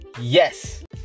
yes